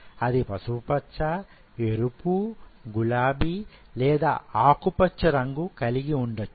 అది పసుపు పచ్చ ఎరుపు గులాబీ లేదా ఆకు పచ్చ రంగు కలిగి ఉండచ్చు